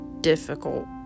difficult